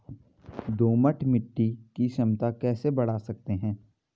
दोमट मिट्टी की क्षमता कैसे बड़ा सकते हैं?